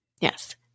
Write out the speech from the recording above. Yes